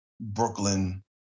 Brooklyn